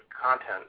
content